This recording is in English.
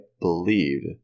believed